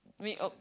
I mean oh